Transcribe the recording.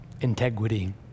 integrity